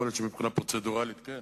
יכול להיות שמבחינה פרוצדורלית כן.